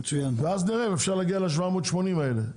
ואז נראה אם אפשר להגיע ל-780 מיליון ₪ האלה.